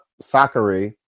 Sakari